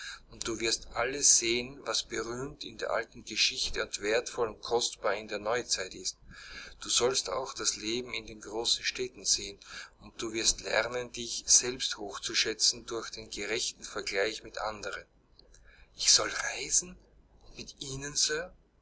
und du wirst alles sehen was berühmt in der alten geschichte und wertvoll und kostbar in der neuzeit ist du sollst auch das leben in den großen städten sehen und du wirst lernen dich selbst hochzuschätzen durch den gerechten vergleich mit andern ich soll reisen und mit ihnen